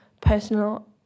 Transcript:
personal